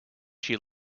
she